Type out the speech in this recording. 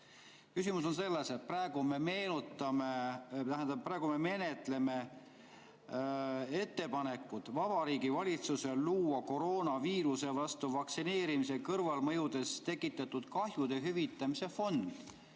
Küsimus on selles, et praegu me menetleme ettepanekut Vabariigi Valitsusele luua koroonaviiruse vastu vaktsineerimise kõrvalmõjudest tekitatud kahjude hüvitamise fond.